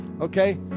okay